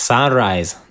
Sunrise